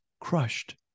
crushed